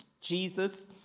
Jesus